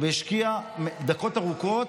והשקיע דקות ארוכות,